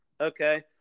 Okay